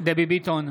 דבי ביטון,